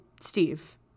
Steve